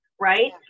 right